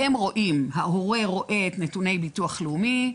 ההורה רואה את נתוני ביטוח לאומי,